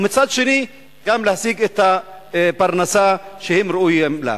ומצד שני גם להשיג את הפרנסה שהם ראויים לה.